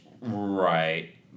Right